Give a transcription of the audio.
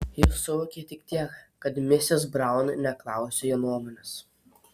jis suvokė tik tiek kad misis braun neklausia jo nuomonės